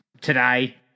today